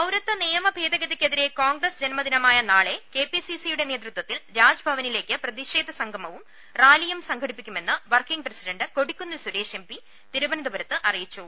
പൌരത്വ നിയമഭേദഗതിക്കെതിരെ കോൺഗ്രസ് ജന്മദിനമായ നാളെ കെപിസിസിയുടെ നേതൃത്വത്തിൽ രാജ്ഭവനിലേക്ക് പ്രതിഷേ ധസംഗമവും റാലിയും സംഘടിപ്പിക്കുമെന്ന് working president Kodikunnil Suresh M P തിരുവനന്തപുരത്ത് അറിയിച്ചു